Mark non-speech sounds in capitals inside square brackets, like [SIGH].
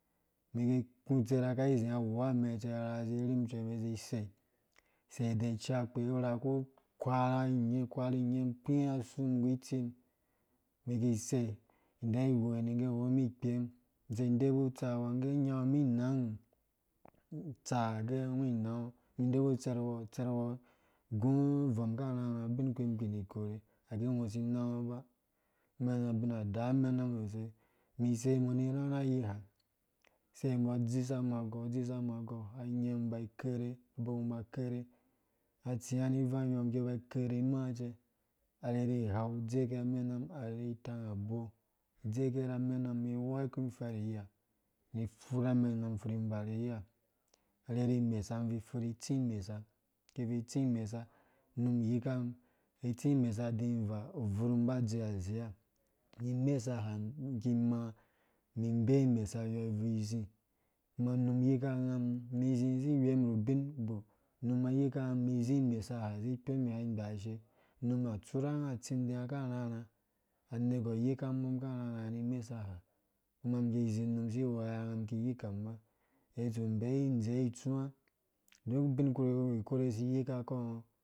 Mĩ kũ tserha kai zĩ nga ghuwa amɛ cɛ ra zĩ rhim cɛ mĩ zĩ sei, sei dɛ ciu akpe nu ura ku kwarhe kwarhi iyɛm kpi asum nggu itsum mɛ ki sei dɛ [UNINTELLIGIBLE] nĩ ngge qɔ mĩ kpem mĩ debu tsawo ngge amã anyã mĩ nang? Utsaha ge ngɔ inangɔ mĩ debu tsɛrh wɔ utsɛrha gũ vom akarhãrhã nũ bin ki nĩ deba ngã ngã ge ngɔ si nangɔ mĩ nyã bina daa amɛnam sosai mĩ seimɔ nĩ [UNINTELLIGIBLE] mĩ sei mɔ mbɔ dzisam agɔu dzisam agɔu [UNINTELLIGIBLE] ba kere abokum ba kerhe kaba tsĩa nĩ vang yɔ mĩ kĩ mbai kerhe imãã cɛ irhirhi ighau adzeke ra amɛnam arherhi atang abou dzeke rz amɛnam mĩ woi kum ifɛrhi yiha mĩ furha mɛnam furhi ba ni ya arherhi imesa mifurhi tsim imesa kivi tsim imesa num ayikam kivi tsĩ imesa dĩ vaa bvurh mumba dze azeya nĩ imesahã ki mãã mĩ bei imesa yɔ vĩ zĩ num yika ngam mĩ zĩ si wem nu bin bou mĩ zĩ imesaha zĩ kpom igha ngbashe num atsurhanga atsĩndĩyã akarhãrhã don sin diya akarhãrhã anegɔrh yika mbɔ akrhãrhã num kĩzĩ num si wɔi kam kiyi kami mbei dzowe itsũwã duk bin kpi ku si yika kɔ ngɔ